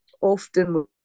often